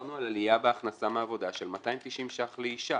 דיברנו על עלייה בהכנסה מעבודה של 290 שח לאישה.